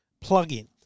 plug-in